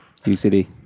UCD